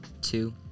two